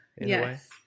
yes